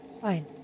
Fine